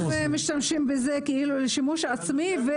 הם משתמשים בזה לשימוש עצמי.